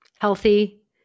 healthy